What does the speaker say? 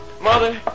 Mother